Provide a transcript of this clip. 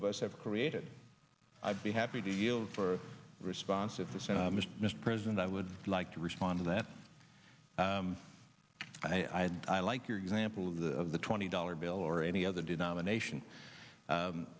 of us have created i'd be happy to yield for responsive mr president i would like to respond that i had i like your example of the the twenty dollar bill or any other denomination